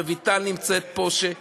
רויטל נמצאת פה, שבאמת,